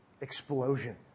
explosion